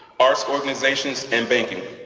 arts organizations, and banking.